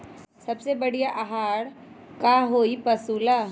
सबसे बढ़िया आहार का होई पशु ला?